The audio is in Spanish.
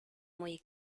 muy